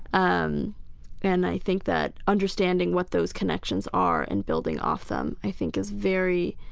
um and i think that understanding what those connections are and building off them, i think, is very,